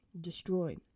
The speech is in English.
destroyed